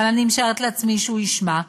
אבל אני משערת לעצמי שהוא ישמע,